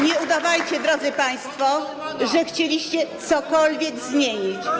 Nie udawajcie, drodzy państwo, że chcieliście cokolwiek zmienić.